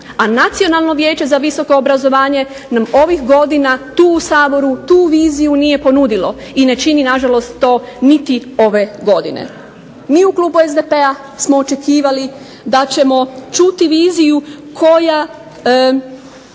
a Nacionalno vijeće za visoko obrazovanje nam ovih godina tu u Saboru, tu viziju nije ponudilo i ne čini nažalost to niti ove godine. Mi u klubu SDP-a smo očekivali da ćemo čuti viziju iz